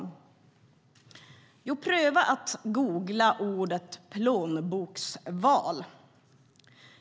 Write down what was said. Jo, pröva att googla ordet "plånboksval".